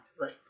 Right